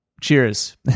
Cheers